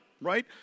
right